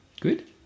Good